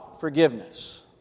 forgiveness